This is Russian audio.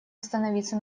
остановиться